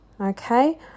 okay